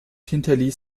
hinterließ